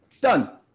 Done